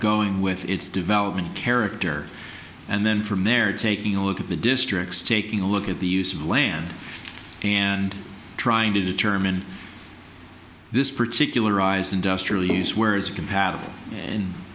going with its development character and then from there taking a look at the districts taking a look at the use of land and trying to determine this particular rise industrial use where is compatible and